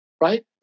Right